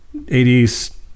80s